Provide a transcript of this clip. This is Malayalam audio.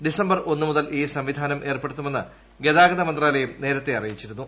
ഡിസംബർ ഒന്ന് മുതൽ ഈ സംവിധാനം ഏർപ്പെടുത്തുമെന്ന് ഗതാഗത മന്ത്രാലയം നേരത്തെ അറിയിച്ചിരുന്നു